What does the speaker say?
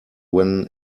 when